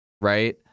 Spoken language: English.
right